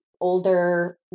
older